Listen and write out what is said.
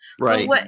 Right